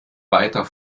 weiter